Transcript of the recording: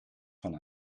van